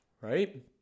right